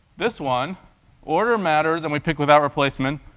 this one order matters, and we pick without replacement.